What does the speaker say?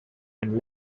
and